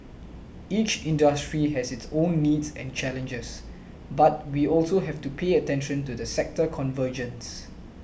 each industry has its own needs and challenges but we also have to pay attention to the sector convergence